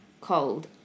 cold